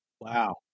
Wow